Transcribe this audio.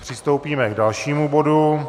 Přistoupíme k dalšímu bodu.